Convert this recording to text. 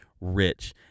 rich